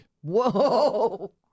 Whoa